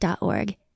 org